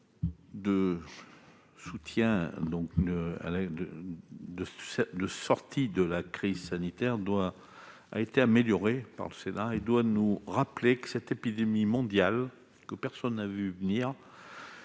de loi de sortie de la crise sanitaire a été amélioré par le Sénat et il nous rappelle que cette épidémie mondiale, que personne n'a vue venir,